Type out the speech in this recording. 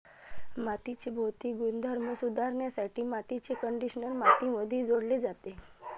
मातीचे भौतिक गुणधर्म सुधारण्यासाठी मातीचे कंडिशनर मातीमध्ये जोडले जाते